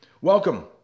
Welcome